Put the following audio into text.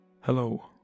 Hello